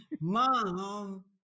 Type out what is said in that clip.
mom